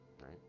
right